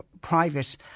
private